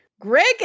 Greg